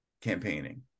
campaigning